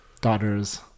Daughters